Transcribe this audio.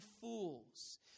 fools